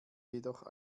jedoch